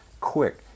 quick